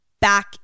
back